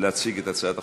להציג את הצעת החוק.